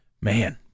man